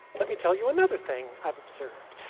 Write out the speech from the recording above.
let me tell you another thing i've observed.